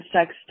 sex